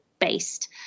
based